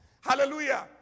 Hallelujah